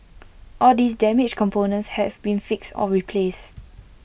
all these damaged components have been fixed or replaced